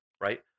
right